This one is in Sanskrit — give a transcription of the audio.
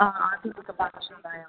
आधुनिकपाकशालायां